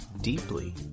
deeply